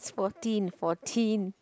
it's fourteen fourteen